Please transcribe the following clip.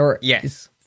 Yes